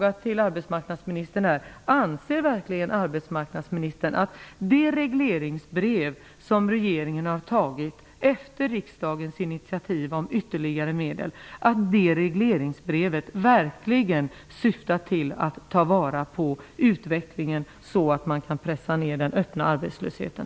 Anser arbetsmarknadsministern att det regleringsbrev som regeringen utfärdat, efter riksdagens initiativ om ytterligare medel, verkligen syftar till att ta vara på utvecklingen, så att den öppna arbetslösheten kan pressas ned?